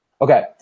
Okay